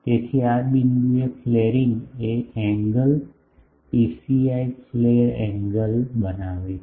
તેથી આ બિંદુએ ફ્લેરિંગ એ એંગલ પીએસઆઈ ફ્લેર એંગલ બનાવે છે